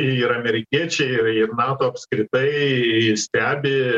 ir amerikiečiai ir ir nato apskritai stebi